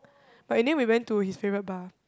but in the end we went to his favourite bar